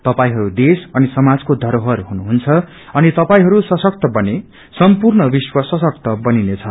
तपाईहरू देश अन समाजको धरोहर हुनुहुन्छ अनि तपाईहरू सशक्त बने सम्पूर्ण विश्व सशक्त बनिनेछ